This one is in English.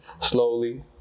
slowly